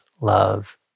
love